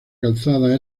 calzada